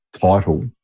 title